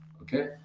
Okay